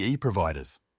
providers